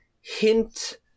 hint